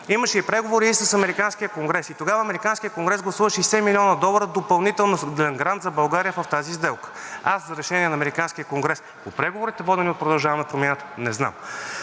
имаше и преговори с американския Конгрес. Тогава американският Конгрес гласува 60 млн. долара допълнителен грант за България в тази сделка. За решение на американския Конгрес по преговорите, водени от „Продължаваме Промяната“, не знам.